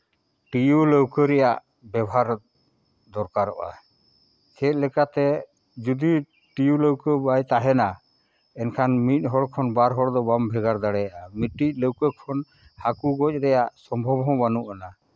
tube ᱞᱟᱹᱣᱠᱟᱹ ᱨᱮᱭᱟᱜ ᱵᱮᱵᱚᱦᱟᱨ ᱫᱚᱨᱠᱟᱜᱼᱟ ᱪᱮᱫ ᱞᱮᱠᱟᱛᱮ ᱡᱩᱫᱤ ᱴᱤᱭᱩ ᱞᱟᱹᱣᱠᱟᱹ ᱵᱟᱭ ᱛᱟᱦᱮᱱᱟ ᱮᱱᱠᱷᱟᱱ ᱢᱤᱫ ᱦᱚᱲ ᱠᱷᱚᱱ ᱵᱟᱨ ᱦᱚᱲ ᱫᱚ ᱵᱟᱢ ᱵᱷᱮᱜᱟᱨ ᱫᱟᱲᱮᱭᱟᱜᱼᱟ ᱢᱤᱫᱴᱤᱡ ᱞᱟᱹᱣᱠᱟᱹ ᱠᱷᱚᱱ ᱦᱟᱹᱠᱩ ᱜᱚᱡ ᱨᱮᱭᱟᱜ ᱥᱚᱢᱵᱷᱚᱵᱽ ᱦᱚᱸ ᱵᱟᱹᱱᱩᱜ ᱵᱚᱱᱟ